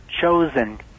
chosen